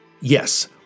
Yes